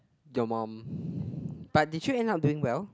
your mum but did you end up doing well